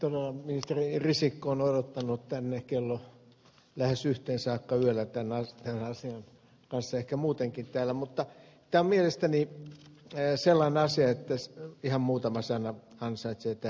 todella ministeri risikko on odottanut lähes kello yhteen saakka yöllä tämän asian kanssa ehkä muutenkin täällä mutta tämä on mielestäni sellainen asia että ihan muutaman sanan ansaitsee tähänkin aikaan